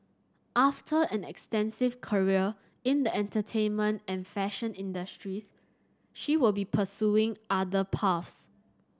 after an extensive career in the entertainment and fashion industries she will be pursuing other paths